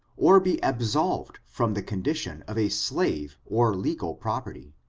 or be absolved from the condition of a slave or legal property.